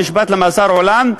נשפט למאסר עולם,